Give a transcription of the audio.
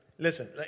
Listen